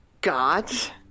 Gods